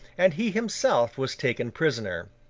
and he himself was taken prisoner.